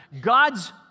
God's